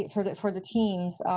for the for the teams,